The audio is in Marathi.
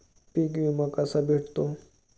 पीक विमा कसा भेटतो?